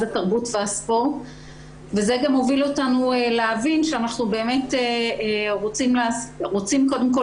התרבות והספורט וזה גם הוביל אותנו להבין שאנחנו רוצים קודם כל